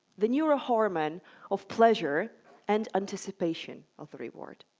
the neurohormone of pleasure and anticipation of the reward.